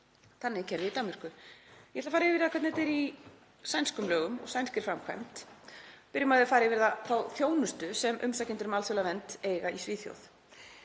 Þannig er kerfið í Danmörku. Ég ætla að fara yfir það hvernig þetta er í sænskum lögum og sænskri framkvæmd. Byrjum á að fara yfir þá þjónustu sem umsækjendur um alþjóðlega vernd eiga í Svíþjóð.